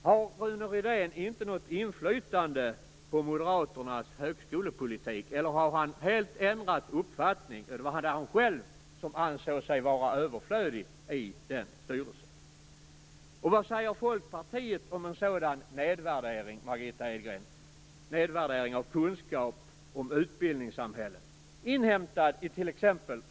Har Rune Rydén inte något inflytande på Moderaternas högskolepolitik, har han helt ändrat uppfattning eller var det han själv som ansåg sig vara överflödig i styrelsen? Och vad säger Folkpartiet om en sådan nedvärdering av kunskap om utbildningssamhället inhämtad i t.ex.